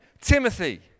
Timothy